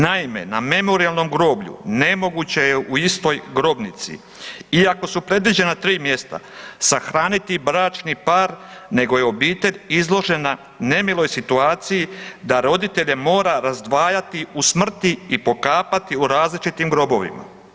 Naime, na Memorijalnom groblju nemoguće je u istoj grobnici iako su predviđena tri mjesta sahraniti bračni par, nego je obitelj izložena nemiloj situaciji, da roditelje mora razdvajati u smrti i pokapati u različitim grobovima.